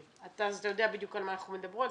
אז אתה יודע בדיוק על מה אנחנו מדברות,